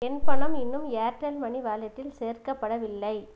என் பணம் இன்னும் Airtel money வேலெட்டில் சேர்க்கப்படவில்லை